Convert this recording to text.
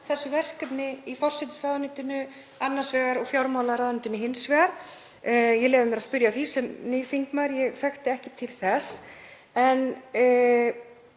þessu verkefni í forsætisráðuneytinu annars vegar og fjármálaráðuneytisins hins vegar? Ég leyfi mér að spyrja að því sem nýr þingmaður, ég þekki ekki til þess.